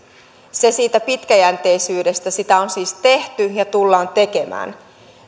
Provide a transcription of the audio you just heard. se siitä pitkäjänteisyydestä sitä on siis tehty ja tullaan tekemään